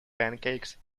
pancakes